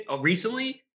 recently